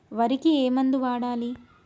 వరికి ఏ మందు వాడాలి?